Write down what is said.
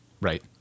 Right